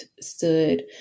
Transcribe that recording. stood